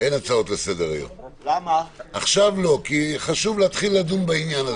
אין הצעות לסדר-היום כי חשוב להתחיל לדון העניין הזה.